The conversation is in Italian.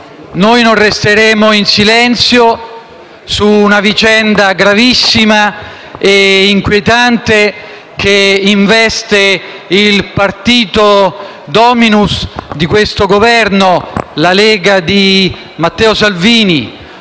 non resteremo in silenzio su una vicenda gravissima e inquietante che investe il partito *dominus* di questo Governo, la Lega di Matteo Salvini.